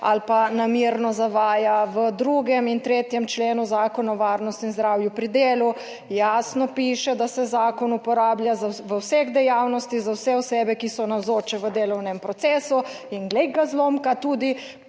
ali pa namerno zavaja. V 2. in 3. členu Zakona o varnosti in zdravju pri delu jasno piše, da se zakon uporablja v vseh dejavnostih, za vse osebe, ki so navzoče v delovnem procesu. In glej ga zlomka, tudi